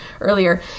earlier